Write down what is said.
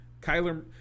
Kyler